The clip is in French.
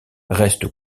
reste